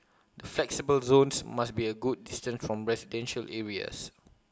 the flexible zones must be A good distance from residential areas